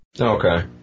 Okay